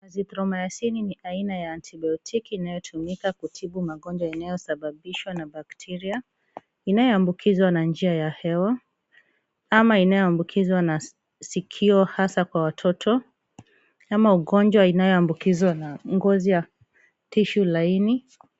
Azithromycin ni aina ya antibiotiki inayotumika kutibu magonjwa yanayosababishwa na bakteria inayoambukizwa na njia ya hewa ama inayoambukizwa na sikio hasa kwa watoto ama ugonjwa inayoambukizwa na ngozi ya tishu laini.